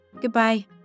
Goodbye